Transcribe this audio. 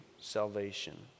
salvation